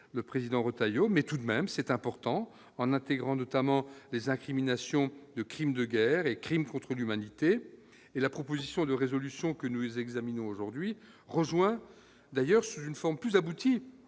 le président Retailleau mais tout de même c'est important en intégrant notamment les incriminations de crimes de guerre et crimes contre l'humanité et la proposition de résolution que nous examinons aujourd'hui rejoint d'ailleurs sous une forme plus aboutie,